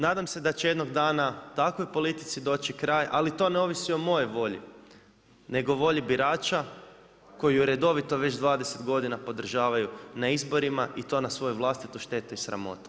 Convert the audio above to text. Nadam se da će jednog dana takvoj politici doći kraj ali to ne ovisi o mojoj volji, nego volji birača koju je redovito već 20 godina podržavaju na izborima i to nas svoju vlastitu štetu i sramotu.